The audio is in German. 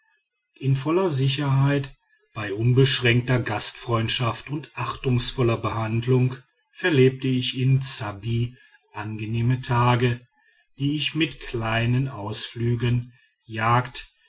in voller sicherheit bei unbeschränkter gastfreundschaft und achtungsvoller behandlung verlebte ich in ssabbi angenehme tage die ich mit kleinen ausflügen jagd